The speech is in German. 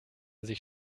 sich